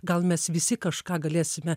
gal mes visi kažką galėsime